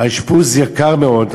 האשפוז יקר מאוד,